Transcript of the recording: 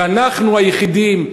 ואנחנו היחידים.